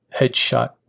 headshot